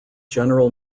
general